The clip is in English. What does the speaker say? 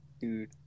dude